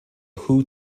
who